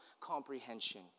comprehension